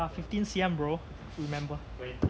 um fifteen C_M bro remember